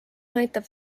näitab